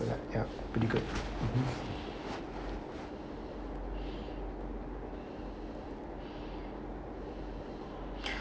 like ya pretty good mmhmm